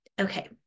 Okay